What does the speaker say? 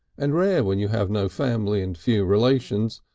and rare when you have no family and few relations,